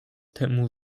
temu